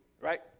Right